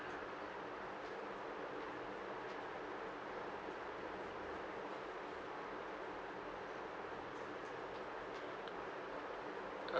uh